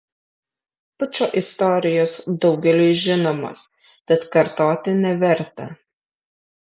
pučo istorijos daugeliui žinomos tad kartoti neverta